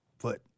foot